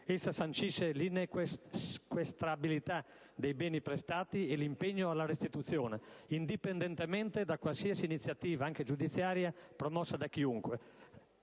Essa sancisce l'insequestrabilità dei beni prestati e l'impegno alla restituzione, indipendentemente da qualsiasi iniziativa anche giudiziaria promossa da chiunque: